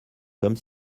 comme